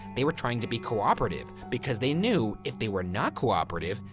they were trying to be cooperative, because they knew if they were not cooperative,